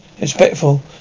respectful